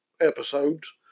episodes